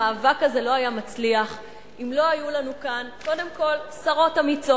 המאבק הזה לא היה מצליח אם לא היו לנו כאן קודם כול שרות אמיצות.